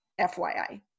FYI